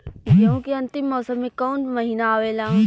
गेहूँ के अंतिम मौसम में कऊन महिना आवेला?